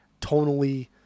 tonally